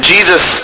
Jesus